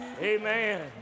Amen